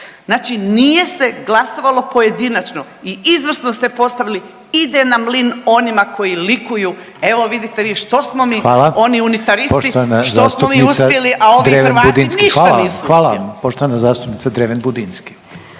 Znači nije se glasovalo pojedinačno. I izvrsno ste postavili ide na mlin onima koji likuju evo vidite vi što smo mi …/Upadica: Hvala./… oni unitaristi što smo mi uspjeli, a ovi Hrvati ništa …/Upadica: Hvala, hvala./… nisu uspjeli.